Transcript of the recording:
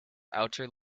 outer